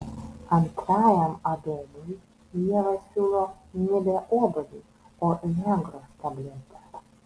antrajam adomui ieva siūlo nebe obuolį o viagros tabletę